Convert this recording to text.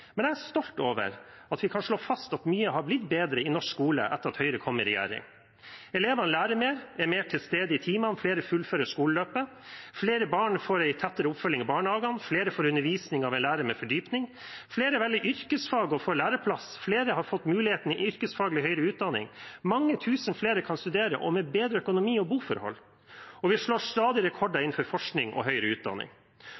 men jeg er stolt over at vi kan slå fast at mye har blitt bedre i norsk skole etter at Høyre kom i regjering. Elevene lærer mer og er mer til stede i timene, flere fullfører skoleløpet, flere barn får en tettere oppfølging i barnehagene, flere får undervisning av en lærer med fordypning, flere velger yrkesfag og får læreplass, flere har fått mulighet til yrkesfaglig høyere utdanning, mange tusen flere kan studere og med bedre økonomi og boforhold, og vi slår stadig rekorder